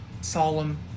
solemn